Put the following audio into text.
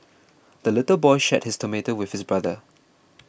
the little boy shared his tomato with his brother